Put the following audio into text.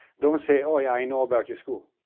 don't say oh yeah, i know about your school.